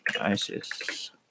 ISIS